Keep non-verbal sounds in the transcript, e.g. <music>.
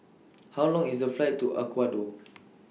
<noise> How Long IS The Flight to Ecuador